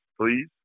please